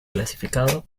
clasificado